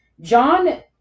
John